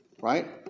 right